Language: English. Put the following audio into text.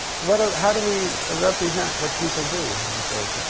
what do, how do we represent what people do with those?